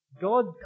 God